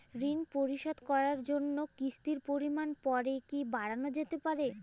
ঋন পরিশোধ করার জন্য কিসতির পরিমান পরে কি বারানো যেতে পারে?